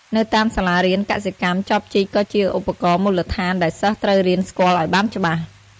នៅតាមសាលារៀនកសិកម្ម ចបជីកក៏ជាឧបករណ៍មូលដ្ឋានដែលសិស្សត្រូវរៀនស្គាល់ឲ្យបានច្បាស់។